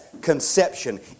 conception